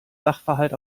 sachverhalt